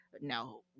no